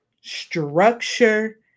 structure